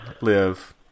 live